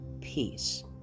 peace